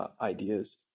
ideas